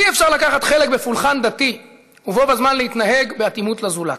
אי-אפשר לקחת חלק בפולחן דתי ובו-בזמן להתנהג באטימות לזולת,